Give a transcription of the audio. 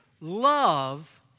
Love